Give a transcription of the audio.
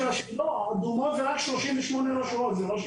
אדומות זה לא 70